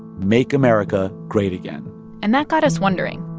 make america great again and that got us wondering,